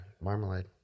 marmalade